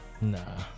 Nah